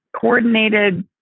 coordinated